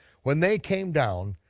when they came down,